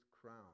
crown